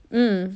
mm